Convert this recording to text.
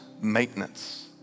maintenance